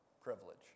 Privilege